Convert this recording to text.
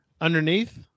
Underneath